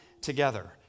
together